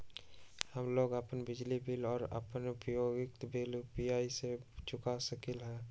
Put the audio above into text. हम लोग अपन बिजली बिल और अन्य उपयोगिता बिल यू.पी.आई से चुका सकिली ह